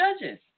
judges